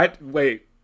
wait